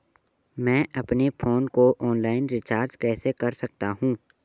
मैं अपने फोन को ऑनलाइन रीचार्ज कैसे कर सकता हूं?